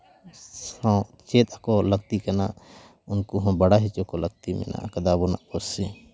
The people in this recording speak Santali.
ᱥᱟᱶ ᱪᱮᱫ ᱠᱚ ᱞᱟᱹᱠᱛᱤ ᱠᱟᱱᱟ ᱩᱱᱠᱩ ᱦᱚᱸ ᱵᱟᱲᱟᱭ ᱦᱚᱪᱚ ᱠᱚ ᱞᱟᱹᱠᱛᱤ ᱢᱮᱱᱟᱜ ᱠᱟᱫᱟ ᱟᱵᱚᱱᱟᱜ ᱯᱟᱹᱨᱥᱤ